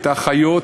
את האחיות,